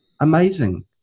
amazing